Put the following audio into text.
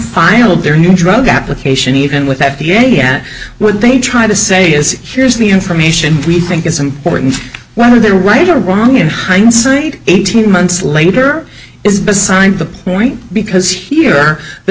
filed their new drug application even with f d a at what they try to say is here's the information we think is important whether they were right or wrong in hindsight eighteen months later is beside the point because here